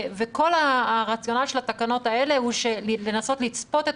כל הרציונל של התקנות האלה הוא לנסות לצפות את